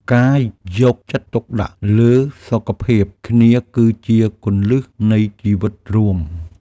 ការយកចិត្តទុកដាក់លើសុខភាពគ្នាគឺជាគន្លឹះនៃជីវិតរួម។